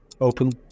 Open